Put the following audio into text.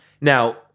Now